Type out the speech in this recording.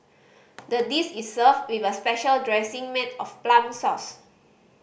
the dish is served with a special dressing made of plum sauce